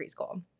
preschool